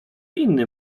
inny